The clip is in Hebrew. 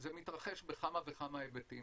זה מתרחש בכמה וכמה היבטים.